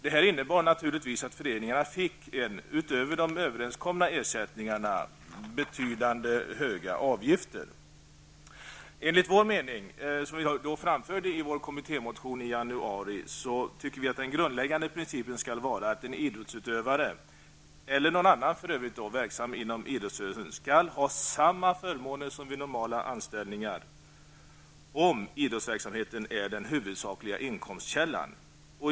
Det här innebär naturligtvis att föreningarna, utöver de överenskomna ersättningarna, måste betala betydande avgifter. Enligt vår mening, som vi framförde i vår kommittémotion i januari, skall den grundläggande principen vara att en idrottsutövare -- eller någon annan verksam inom idrottsrörelsen -- skall ha samma förmåner som vid normala anställningar, om idrottsverksamheten är den huvudsakliga inkomstkällan.